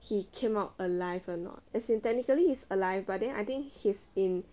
he came out alive or not as in technically he's alive but then I think he's in